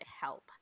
help